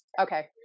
Okay